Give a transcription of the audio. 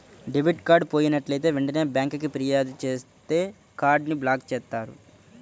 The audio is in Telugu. డెబిట్ కార్డ్ పోయినట్లైతే వెంటనే బ్యేంకుకి ఫిర్యాదు చేత్తే కార్డ్ ని బ్లాక్ చేత్తారు